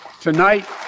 Tonight